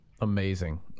amazing